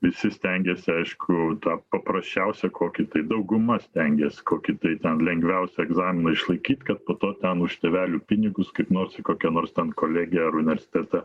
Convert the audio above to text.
visi stengėsi aišku tą paprasčiausią kokį tai dauguma stengės kokį tai ten lengviausią egzaminą išlaikyt kad po to ten už tėvelių pinigus kaip nors į kokią nors ten kolegiją ar universitetą